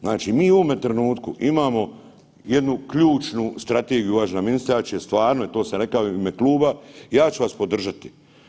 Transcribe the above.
Znači mi u ovome trenutku imamo jednu ključnu strategiju, uvažena ministrice, ja ću stvarno, to sam i rekao u ime kluba, ja ću vas podržati.